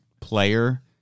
player